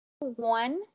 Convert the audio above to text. one